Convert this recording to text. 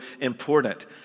important